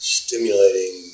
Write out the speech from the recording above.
stimulating